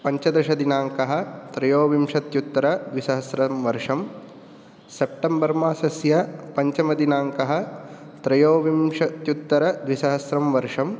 पञ्चदशदिनाङ्कः त्रयोविंशत्युत्तरद्विसहस्रं वर्षं सेप्टेम्बर् मासस्य पञ्चमदिनाङ्कः त्रयोविंशत्युत्तरद्विसहस्रं वर्षं